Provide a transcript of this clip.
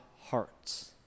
hearts